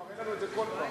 הוא מראה לנו את זה כל פעם.